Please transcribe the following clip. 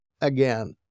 again